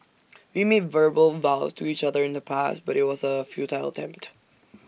we made verbal vows to each other in the past but IT was A futile attempt